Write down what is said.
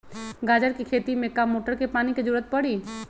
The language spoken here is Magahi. गाजर के खेती में का मोटर के पानी के ज़रूरत परी?